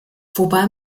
wobei